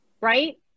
right